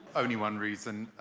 only one reason,